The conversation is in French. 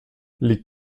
les